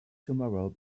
tomorrow